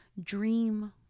dream